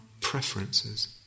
preferences